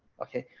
okay,